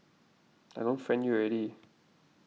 I don't friend you already